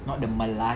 not the melayu